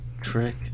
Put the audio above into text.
Trick